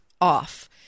off